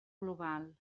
global